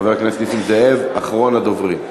חבר הכנסת נסים זאב, אחרון הדוברים.